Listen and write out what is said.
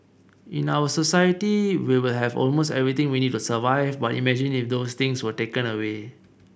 in our society we will have almost everything we need to survive but imagine if those things were taken away